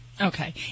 Okay